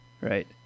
right